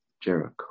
jericho